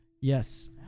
Yes